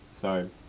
Sorry